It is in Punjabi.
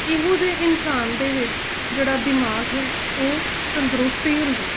ਇਹੋ ਜਿਹੇ ਇਨਸਾਨ ਦੇ ਵਿੱਚ ਜਿਹੜਾ ਦਿਮਾਗ ਹੈ ਉਹ ਤੰਦਰੁਸਤ ਹੀ ਹੁੰਦਾ ਹੈ